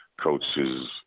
Coaches